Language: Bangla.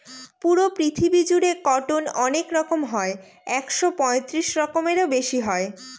পুরো পৃথিবী জুড়ে কটন অনেক রকম হয় একশো পঁয়ত্রিশ রকমেরও বেশি হয়